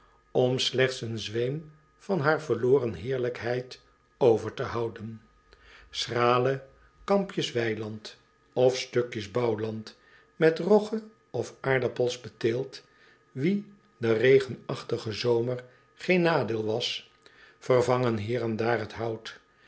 om slechts een zweem van haar verloren heerlijkheid over te houden schrale kampjes weiland of stukjes bouwland met rogge of aardappels beteeld wien de regenachtige zomer geen nadeel was vervangen hier en daar het hout